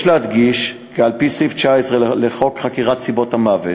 יש להדגיש כי על-פי סעיף 19 לחוק חקירת סיבות מוות,